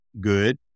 good